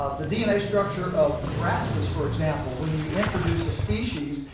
ah the dna structure of grasses, for example, when you introduce a species,